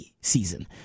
season